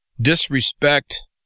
disrespect